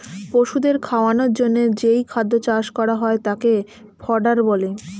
পশুদের খাওয়ানোর জন্যে যেই খাদ্য চাষ করা হয় তাকে ফডার বলে